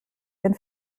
den